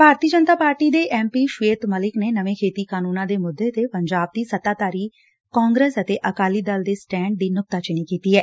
ਭਾਰਤੀ Janata Party ਦੇ M P Shwet Malik ਨੇ ਨਵੇਂ ਖੇਤੀ ਕਾਠੁੰਨਾਂ ਦੇ ਮੁੱਦੇ ਤੇ ਪੰਜਾਬ ਦੀ ਸੱਤਾ ਧਾਰੀ ਕਾਂਗਰਸ ਅਤੇ ਅਕਾਲੀ ਦਲ ਦੇ ਸਟੈਂਡ ਦੀ ਨੁਕਤਾਚੀਨੀ ਕੀਤੀ ਐ